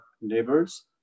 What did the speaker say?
neighbors